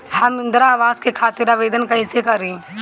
हम इंद्रा अवास के खातिर आवेदन कइसे करी?